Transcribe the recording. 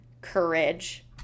courage